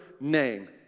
name